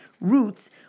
roots